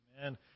Amen